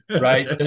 Right